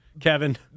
Kevin